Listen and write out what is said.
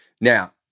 Now